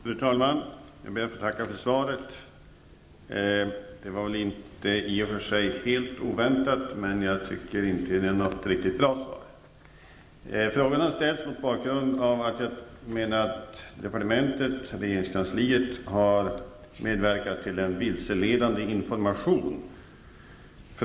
Fru talman! Jag ber att få tacka för svaret. Jag tycker inte att det är något riktigt bra svar men, det var i och för sig inte helt oväntat. Min fråga ställdes mot bakgrund av att jag ansåg att departementet, regeringskansliet, har medverkat till att sprida en vilseledande information.